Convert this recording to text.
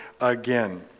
again